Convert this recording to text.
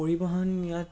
পৰিবহন ইয়াত